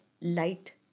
light